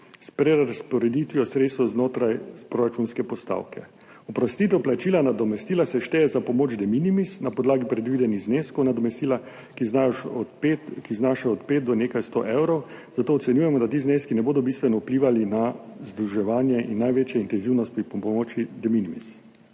s prerazporeditvijo sredstev znotraj proračunske postavke. Oprostitev plačila nadomestila se šteje za pomoč de minimis na podlagi predvidenih zneskov nadomestila, ki znašajo od 5 do nekaj 100 evrov, zato ocenjujemo, da ti zneski ne bodo bistveno vplivali na združevanje in največjo intenzivnost pri pomoči de minimis.